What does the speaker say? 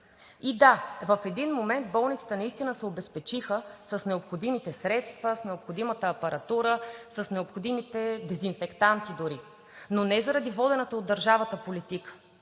И да, в един момент болниците наистина се обезпечиха с необходимите средства, с необходимата апаратура, с необходимите дезинфектанти дори, но не заради водената от държавата политика.